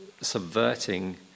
subverting